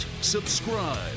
subscribe